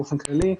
באופן כללי,